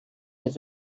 his